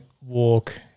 walk